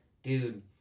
Dude